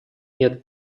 нет